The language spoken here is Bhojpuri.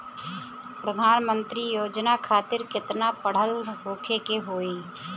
प्रधानमंत्री योजना खातिर केतना पढ़ल होखे के होई?